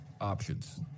Options